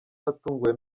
natunguwe